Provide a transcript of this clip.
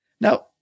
Now